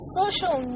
social